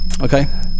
Okay